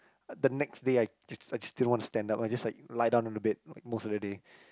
uh the next day I just I just didn't want to stand up I just like lie down on the bed like most of the day